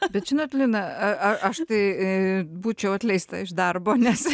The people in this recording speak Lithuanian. bet žinot lina aš tai būčiau atleista iš darbo nes